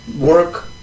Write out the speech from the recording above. work